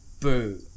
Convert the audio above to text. boo